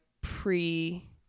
pre